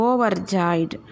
Overjoyed